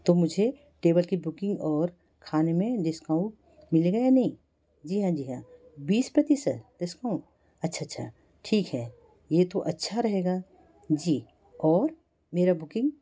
तो मुझे टेबल की बुकिंग और खाने में डिस्काउंट मिलेगा या नहीं जी हाँ जी हाँ बीस प्रतिशत डिस्काउंट अच्छा अच्छा ठीक है ये तो अच्छा रहेगा जी और मेरी बुकिंग